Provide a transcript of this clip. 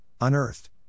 unearthed